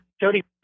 Jody